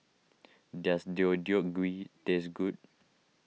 does Deodeok Gui taste good